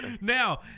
Now